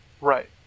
Right